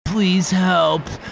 please help.